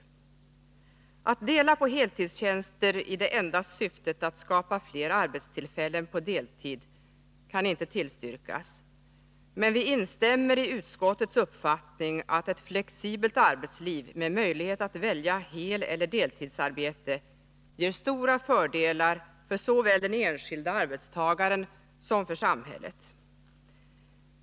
Ett förslag att dela på heltidstjänster i det enda syftet att skapa fler arbetstillfällen på deltid kan vi inte tillstyrka, men vi instämmer i utskottets uppfattning att ett flexibelt arbetsliv med möjlighet att välja heleller deltidsarbete ger stora fördelar såväl för den enskilde arbetstagaren som för samhället.